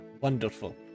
wonderful